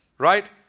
right?